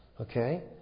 Okay